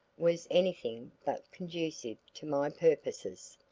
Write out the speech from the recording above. was anything but conducive to my purposes.